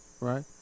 right